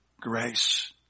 grace